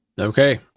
Okay